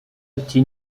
ati